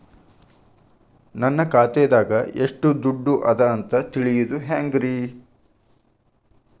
ನನ್ನ ಖಾತೆದಾಗ ಎಷ್ಟ ದುಡ್ಡು ಅದ ಅಂತ ತಿಳಿಯೋದು ಹ್ಯಾಂಗ್ರಿ?